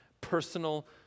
personal